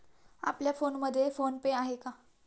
आपल्या फोनमध्ये PhonePe आहे का?